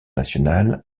nationale